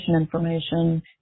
information